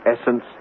essence